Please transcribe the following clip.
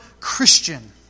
Christian